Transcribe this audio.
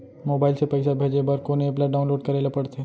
Mobile से पइसा भेजे बर कोन एप ल डाऊनलोड करे ला पड़थे?